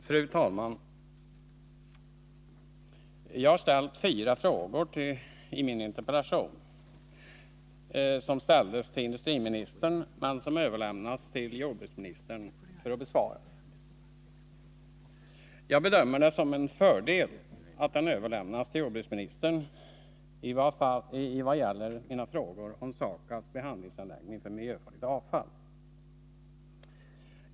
Fru talman! Jag har ställt fyra frågor i min interpellation, som riktades till industriministern men som överlämnats till jordbruksministern för att besvaras. Jag bedömer det som en fördel att den överlämnats till jordbruksministern, i vart fall i vad gäller mina frågor om SAKAB:s behandlingsanläggning för miljöfarligt avfall.